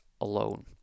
alone